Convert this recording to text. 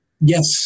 yes